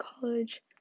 college